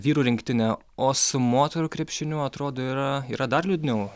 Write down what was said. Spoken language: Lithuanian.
vyrų rinktinę o su moterų krepšiniu atrodo yra yra dar liūdniau